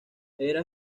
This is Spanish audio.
era